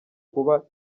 kuba